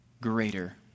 greater